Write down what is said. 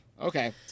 okay